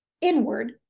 inward